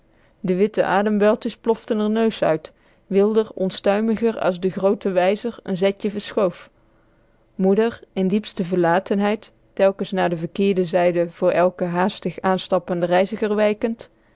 de witte adembuiltjes ploften r neus uit wilder onstuimiger as de groote wijzer n zetje verschoof moeder in diepste verlatenheid telkens naar de verkeerde zijde voor eiken haastig aanstappenden reiziger wijkend